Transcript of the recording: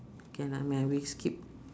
K nevermind we skip